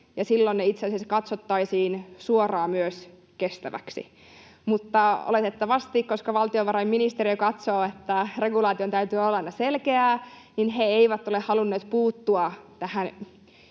silloin ne itse asiassa katsottaisiin suoraan myös kestäviksi. Mutta oletettavasti, koska valtiovarainministeriö katsoo, että regulaation täytyy olla aina selkeää, he eivät ole halunneet puuttua tähän